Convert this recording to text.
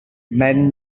men